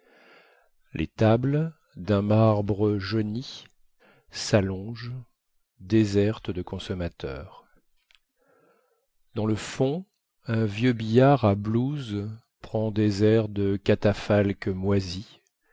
les tables dun marbre jauni sallongent désertes de consommateurs dans le fond un vieux billard à blouses prend des airs de catafalque moisi